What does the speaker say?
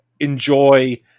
Enjoy